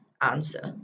answer